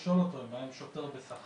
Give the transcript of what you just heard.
האם אפשר לשאול אותו מה עם שוטר בשכר,